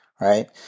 right